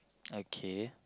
okay